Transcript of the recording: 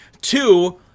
Two